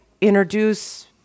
introduce